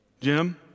Jim